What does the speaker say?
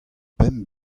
pemp